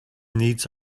needs